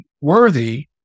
worthy